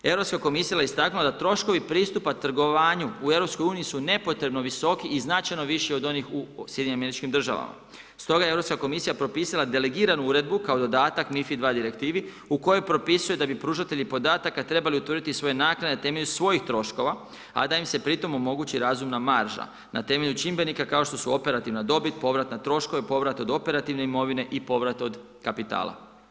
Europska komisija je istaknula da troškovi pristupa trgovanju u EU su nepotrebno visoki i značajno viši od onih u SAD-u stoga je Europska komisija propisala delegiranu uredbu kao dodatak MiFID II direktivi u kojoj propisuje da bi pružatelji podataka trebali utvrditi svoje naknade temeljem svojih troškova a da im se pri tome omogući razumna marža na temelju čimbenika kao što su operativna dobit, povrat na troškove, povrat od operativne imovine i povrat od kapitala.